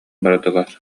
бардылар